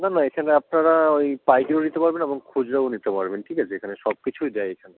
না না এখানে আপনারা ওই পাইকারিও নিতে পারবেন এবং খুচরোও নিতে পারবেন ঠিক আছে এখানে সব কিছুই দেয় এখানে